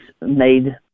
made